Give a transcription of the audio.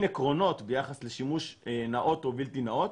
עקרונות ביחס לשימוש נאות או בלתי נאות